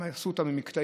הם עשו אותם עם מקטעים,